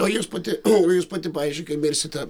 o jūs pati o jūs pati pavyzdžiui kai mirsite